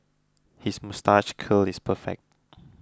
his moustache curl is perfect